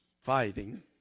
fighting